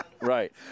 Right